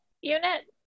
unit